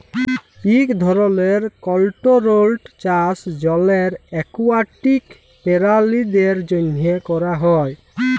ইক ধরলের কলটোরোলড চাষ জলের একুয়াটিক পেরালিদের জ্যনহে ক্যরা হ্যয়